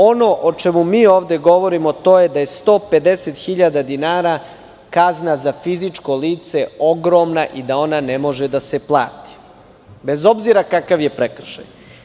Ono o čemu mi ovde govorimo jeste da je 150.000 dinara kazna za fizičko lice ogromna i da ona ne može da se plati, bez obzira kakav je prekršaj.